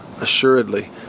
Assuredly